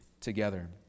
together